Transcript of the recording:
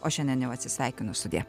o šiandien jau atsisveikinu sudie